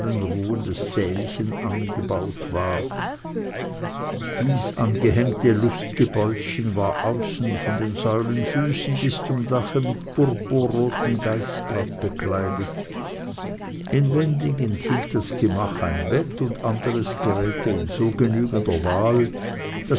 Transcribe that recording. sälchen hinausgebaut war dies angehängte lustgebäudchen war außen von den säulenfüßen bis zum dache mit purpurrotem geißblatt bekleidet inwendig enthielt das gemach ein bett und anderes geräte in so genügender wahl